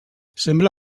sembla